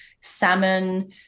salmon